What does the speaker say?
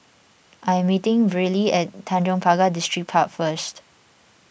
I am meeting Brylee at Tanjong Pagar Distripark first